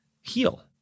heal